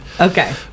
Okay